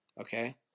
okay